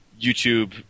youtube